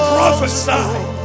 prophesy